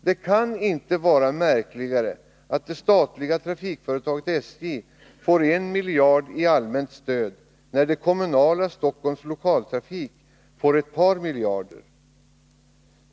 Det kan inte vara märkligare att det statliga trafikföretaget SJ får en miljard i allmänt stöd än att det kommunala Stockholms lokaltrafik får ett par miljarder.